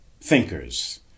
thinkers